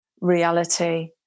reality